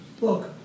Look